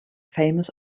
famous